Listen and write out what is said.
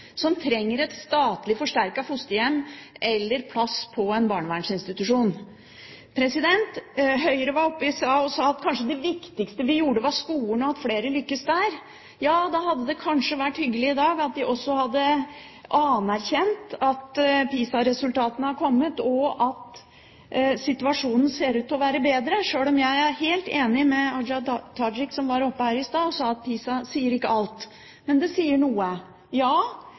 som trenger et statlig forsterket fosterhjem eller plass på en barnevernsinstitusjon. Høyre var oppe i stad og sa at kanskje det viktigste vi gjorde, var å få flere til å lykkes i skolen. Ja, da hadde det kanskje vært hyggelig i dag at de også hadde anerkjent, når PISA-resultatene nå er kommet, at situasjonen ser ut til å være bedre, sjøl om jeg er helt enig med Hadia Tajik, som var oppe her i stad og sa at PISA ikke sier alt, men at det sier noe. Ja,